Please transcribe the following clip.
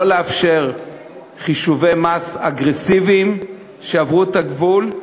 לא לאפשר חישובי מס אגרסיביים שעברו את הגבול,